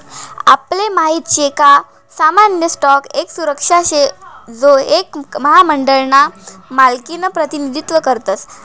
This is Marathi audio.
आपले माहित शे का सामान्य स्टॉक एक सुरक्षा शे जो एक महामंडळ ना मालकिनं प्रतिनिधित्व करस